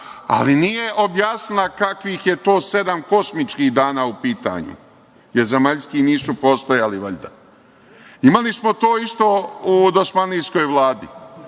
ali nije objasnila kakvih je to sedam kosmičkih dana u pitanju, jer zemaljski nisu postojali, valjda. Imali smo to isto u dosmanlijskoj vladi,